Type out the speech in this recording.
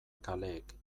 kaleek